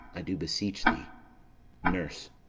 i do beseech thee nurse.